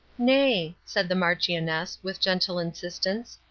nay, said the marchioness, with gentle insistence,